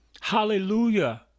hallelujah